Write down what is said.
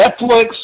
Netflix